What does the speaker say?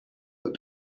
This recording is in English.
but